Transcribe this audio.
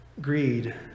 Greed